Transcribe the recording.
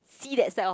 see that side of